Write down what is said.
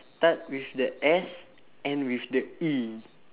start with the S end with the E